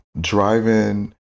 driving